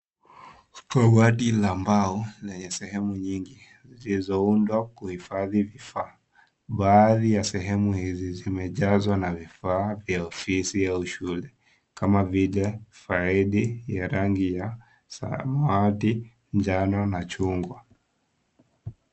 Kabati la mbao lenye sehemu nyingi zilizoundwa kuhifadhi vifaa baadhi ya sehemu hizi zimejazwa na vifaa vya ofisi ya shule kama vile faili ya rangi ya samawati, njano na chungwa.